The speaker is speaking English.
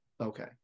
Okay